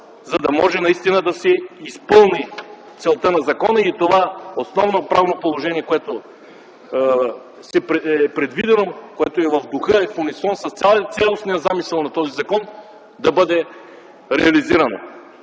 за да може наистина да се изпълни целта на закона и това основно правно положение, което е предвидено, което е в духа и в унисон с цялостния замисъл на този закон, да бъде реализирано.